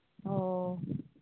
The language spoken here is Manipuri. ꯑꯣ